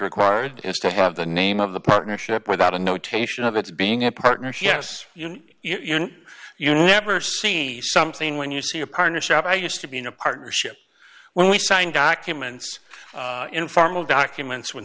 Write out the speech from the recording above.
required is to have the name of the partnership without a notation of its being a partnership yes you know you never see something when you see a partnership i used to be in a partnership when we signed documents informal documents when